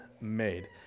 made